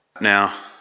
Now